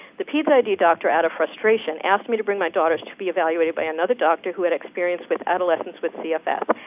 the peds id doctor, out of frustration, asked me to bring my daughters to be evaluated by another doctor who had experience with adolescents with cfs.